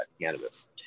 cannabis